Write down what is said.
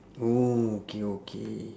oo okay okay